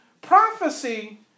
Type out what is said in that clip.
Prophecy